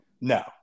No